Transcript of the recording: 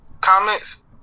comments